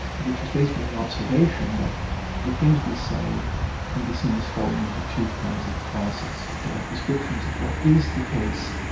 which is based on the observation that the things we say can be seen as falling into two kinds of classes there are descriptions of what is the case,